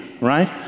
Right